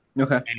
okay